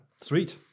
Sweet